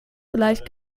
vielleicht